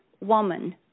woman